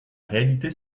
réalité